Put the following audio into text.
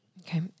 okay